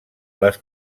les